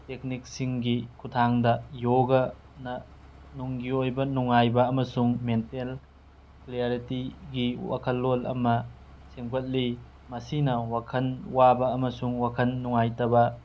ꯇꯦꯛꯅꯤꯛꯁꯤꯡꯒꯤ ꯈꯨꯊꯥꯡꯗ ꯌꯣꯒꯅ ꯅꯨꯡꯒꯤ ꯑꯣꯏꯕ ꯅꯨꯡꯉꯥꯏꯕ ꯑꯃꯁꯨꯡ ꯃꯦꯟꯇꯦꯜ ꯀ꯭ꯂꯦꯔꯤꯇꯤꯒꯤ ꯋꯥꯈꯜꯂꯣꯜ ꯑꯃ ꯁꯦꯝꯒꯠꯂꯤ ꯃꯁꯤꯅ ꯋꯥꯈꯜ ꯋꯥꯕ ꯑꯃꯁꯨꯡ ꯋꯥꯈꯜ ꯅꯨꯡꯉꯥꯏꯇꯕ